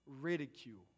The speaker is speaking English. ridicule